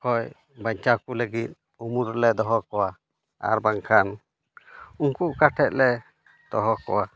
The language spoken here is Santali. ᱠᱷᱚᱡ ᱵᱟᱧᱪᱟᱣ ᱠᱚ ᱞᱟᱹᱜᱤᱫ ᱩᱢᱩᱞ ᱨᱮᱞᱮ ᱫᱚᱦᱚ ᱠᱚᱣᱟ ᱟᱨ ᱵᱟᱝᱠᱷᱟᱱ ᱩᱱᱠᱩ ᱚᱠᱟ ᱴᱷᱮᱡ ᱞᱮ ᱫᱚᱦᱚ ᱠᱚᱣᱟ